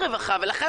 ולכן,